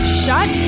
shut